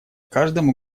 каждому